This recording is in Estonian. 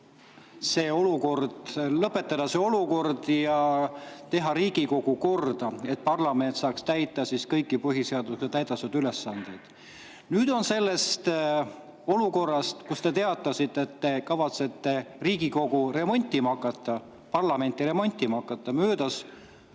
et lõpetada see olukord ja teha Riigikogu korda, et parlament saaks täita kõiki põhiseaduses sätestatud ülesandeid. Nüüd on sellest olukorrast, kus te teatasite, et te kavatsete Riigikogu remontima hakata, parlamenti remontima hakata, möödas